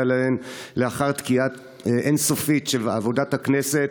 להן לאחר תקיעה אין-סופית של עבודת הכנסת.